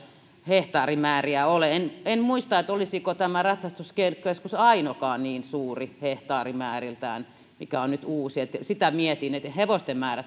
hehtaarimääriä ole en en muista olisiko tämä uusi ratsastuskeskus ainokaan niin suuri hehtaarimäärältään sitä mietin mutta hevosten määrä